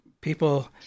people